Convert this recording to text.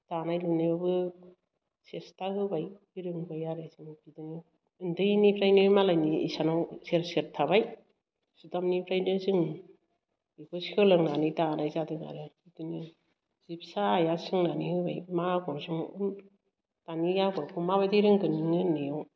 दानाय लुनायावबो सेसथा होबाय सोलोंबोबाय आरो जों बिदिनो ओन्दैनिफ्रायनो मालायनि इसानाव सेर सेर थाबाय सुदामनिफ्रायनो जों बेखौ सोलोंनानै दानाय जादों आरो बिदिनो जि फिसाया सोंनानै होबाय मा आगरजों दानि आगरखौ माबादि रोंगोन नोङो होन्नायाव